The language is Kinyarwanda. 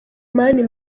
mani